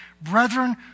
brethren